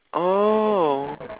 oh